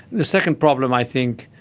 the second problem, i think,